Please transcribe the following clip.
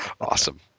awesome